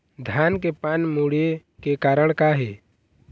धान के पान मुड़े के कारण का हे?